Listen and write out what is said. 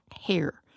hair